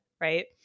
Right